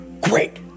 Great